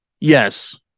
yes